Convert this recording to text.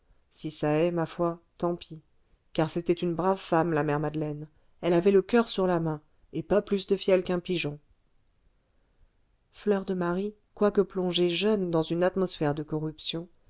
si ça est ma foi tant pis car c'était une brave femme la mère madeleine elle avait le coeur sur la main et pas plus de fiel qu'un pigeon fleur de marie quoique plongée jeune dans une atmosphère de corruption